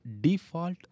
default